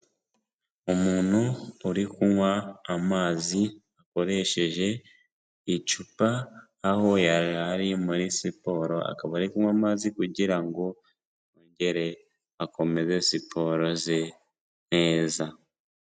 Umuntu uri kunywa amazi akoresheje icupa aho yari ari muri siporo, akaba ari kunywa amazi kugira ngo yongere akomeze siporo ze neza.